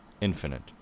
infinite